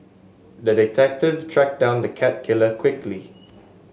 the detective tracked down the cat killer quickly